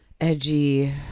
edgy